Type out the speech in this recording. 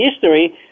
history